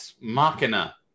Machina